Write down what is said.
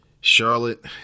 Charlotte